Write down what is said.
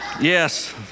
Yes